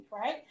right